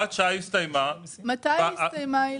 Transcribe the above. מתי היא הסתיימה?